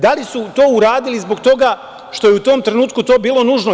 Da li su to uradili zbog toga što je u tom trenutku to bilo nužno?